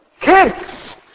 kids